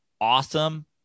awesome